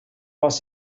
was